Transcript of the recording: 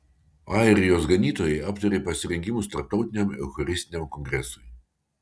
airijos ganytojai aptarė pasirengimus tarptautiniam eucharistiniam kongresui